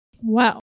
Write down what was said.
Wow